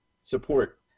support